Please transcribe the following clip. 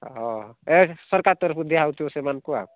ଓଃ ଏ ସରକାର ତରଫରୁ ଦିଆ ହେଉଥିବ ସେମାନଙ୍କୁ ଆଉ